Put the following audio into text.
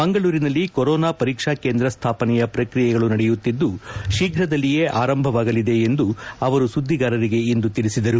ಮಂಗಳೂರಿನಲ್ಲಿ ಕೊರೋನಾ ಪರೀಕ್ಷಾ ಕೇಂದ್ರ ಸ್ಥಾಪನೆಯ ಪ್ರಕ್ರಿಯೆಗಳು ನಡೆಯುತ್ತಿದ್ದುಶೀಫ್ರದಲ್ಲಿಯೇ ಆರಂಭವಾಗಲಿದೆ ಎಂದು ಅವರು ಸುದ್ದಿಗಾರರಿಗೆ ಇಂದು ತಿಳಿಸಿದರು